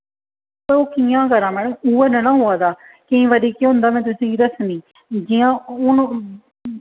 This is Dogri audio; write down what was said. ओह् कि'यां करां मैडम उ'ऐ निं ना होआ दा केईं बारी केह् होंदा में तुसें गी दस्सनीं जि'यां हून